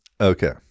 Okay